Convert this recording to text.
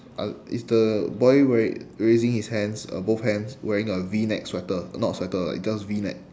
I'll is the boy rai~ raising his hands uh both hands wearing a V-neck sweater uh not a sweater like just V-neck